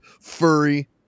furry